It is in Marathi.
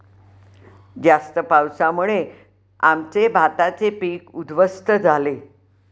जास्त पावसामुळे आमचे भाताचे पीक उध्वस्त झाले